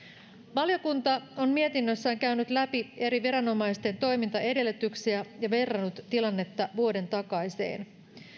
valiokunta on mietinnössään käynyt läpi eri viranomaisten toimintaedellytyksiä ja verrannut tilannetta vuoden takaiseen